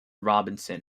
robinson